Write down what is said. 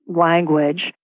language